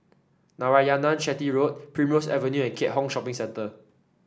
Narayanan Chetty Road Primrose Avenue and Keat Hong Shopping Centre